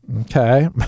Okay